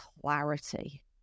clarity